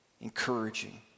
encouraging